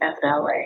FLA